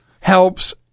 helps